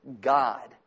God